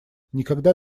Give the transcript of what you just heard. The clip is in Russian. никогда